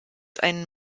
einen